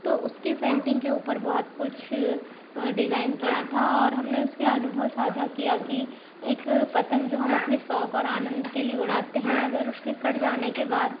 तो उसके पेंटिंग के ऊपर बहुत कुछ डिजाइन किया था और हमने उसके अनुभव साझा किया की एक पतंग जो हम अपने शौक और आनंद के लिए उड़ाते है अगर उसके कट जाने के बाद